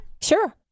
Sure